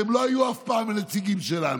שלא היו אף פעם הנציגים שלנו,